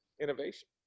innovation